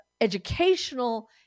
educational